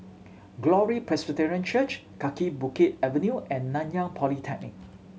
Glory Presbyterian Church Kaki Bukit Avenue and Nanyang Polytechnic